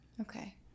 Okay